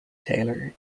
taylor